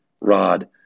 rod